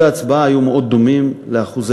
שיעורי ההצבעה היו מאוד דומים לשיעורי